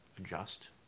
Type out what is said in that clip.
adjust